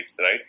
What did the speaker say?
right